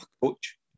coach